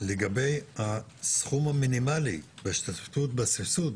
לגבי הסכום המינימלי בהשתתפות בסבסוד,